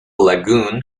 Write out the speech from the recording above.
lagoon